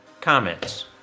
comments